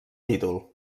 títol